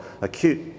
acute